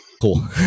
Cool